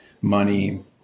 money